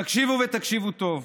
תקשיבו ותקשיבו טוב,